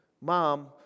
Mom